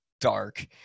dark